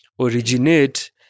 originate